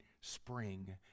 spring